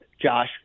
Josh